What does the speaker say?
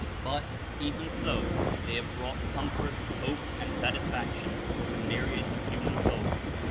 but, even so, they have brought com fort, hope and satisfaction to myriads of human souls,